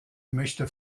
möchte